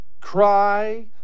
cry